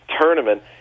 tournament